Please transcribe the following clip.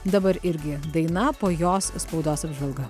dabar irgi daina po jos spaudos apžvalga